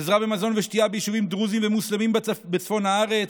עזרה במזון ושתייה ביישובים דרוזיים ומוסלמיים בצפון הארץ,